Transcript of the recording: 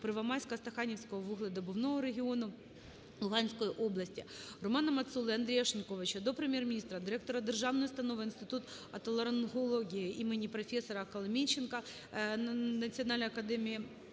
Первомайсько-Стаханівського вугледобувного регіону Луганської області. РоманаМацоли та Андрія Шиньковича до Прем'єр-міністра, Директора Державної установи "Інститут отоларингології імені професора Коломійченка Національної академії